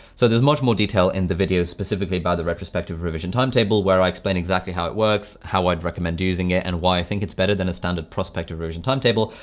so there's much more detail in the video specifically by the retrospective revision timetable where i explain exactly how it works, how i'd recommend using it and why i think it's better than a standard prospector version time table.